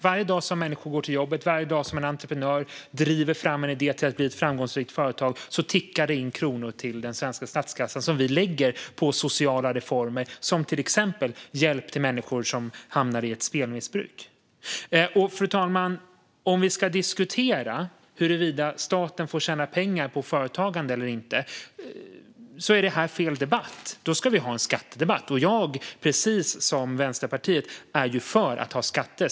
Varje dag som människor går till jobbet och varje dag som en entreprenör driver fram en idé till att bli ett framgångsrikt företag tickar det in kronor till den svenska statskassan, som vi lägger på sociala reformer, till exempel hjälp till människor som hamnar i ett spelmissbruk. Fru talman! Om vi ska diskutera huruvida staten får tjäna pengar på företagande eller inte är detta fel debatt. Så ska vi ha en skattedebatt. Precis som Vänsterpartiet är jag för att ha skatter.